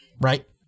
right